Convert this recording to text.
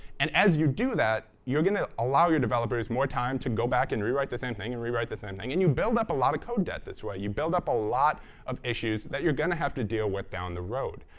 and as you do that, you're going to allow your developers more time to go back and rewrite the same thing and rewrite the same thing, and you build up a lot of code debt this way. you build up a lot of issues that you're going to have to deal with down the road.